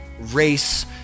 race